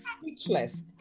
speechless